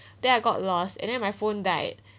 then I got lost and then my phone died